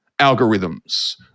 algorithms